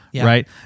right